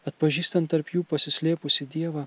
atpažįstant tarp jų pasislėpusį dievą